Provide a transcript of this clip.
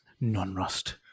non-rust